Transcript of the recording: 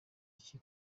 iki